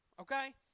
Okay